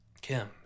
Kim